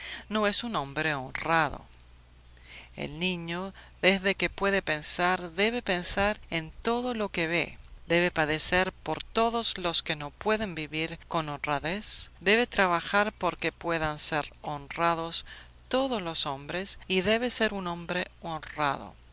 no es un hombre honrado el niño desde que puede pensar debe pensar en todo lo que ve debe padecer por todos los que no pueden vivir con honradez debe trabajar porque puedan ser honrados todos los hombres y debe ser un hombre honrado